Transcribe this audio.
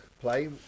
play